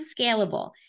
scalable